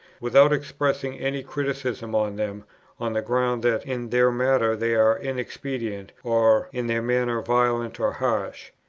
without expressing any criticism on them on the ground that in their matter they are inexpedient, or in their manner violent or harsh.